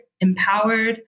empowered